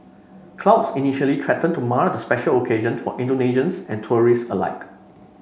clouds initially threatened to mar the special occasion for Indonesians and tourists alike